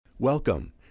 Welcome